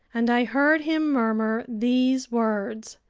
and i heard him murmur these words,